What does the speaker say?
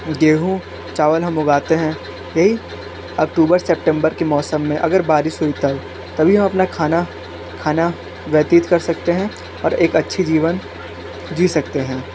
गेहूँ चावल हम उगाते हैं यही अक्टूबर सेप्टेम्बर के मौसम में अगर बारिश हुई तब तभी हम अपना खाना खाना व्यतीत कर सकते हैं और एक अच्छी जीवन जी सकते हैं